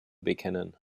bekennen